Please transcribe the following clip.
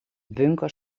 bunker